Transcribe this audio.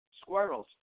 squirrels